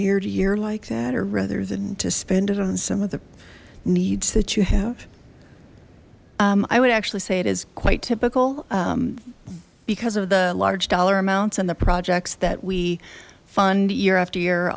year to year like that or rather than to spend it on some of the needs that you have i would actually say it is quite typical because of the large dollar amounts and the projects that we fund year after year